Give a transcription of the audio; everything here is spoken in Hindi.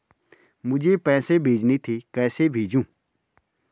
मुझे पैसे भेजने थे कैसे भेजूँ?